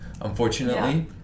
unfortunately